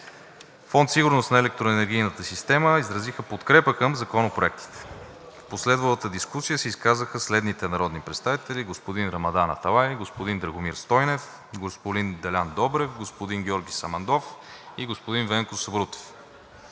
Фонд „Сигурност на електроенергийната система“ изразиха подкрепа към законопроектите. В последвалата дискусия се изказаха следните народни представители: господин Рамадан Аталай, господин Драгомир Стойнев, господин Делян Добрев, господин Георги Самандов и господин Венко Сабрутев.